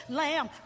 lamb